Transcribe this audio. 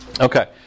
Okay